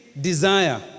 desire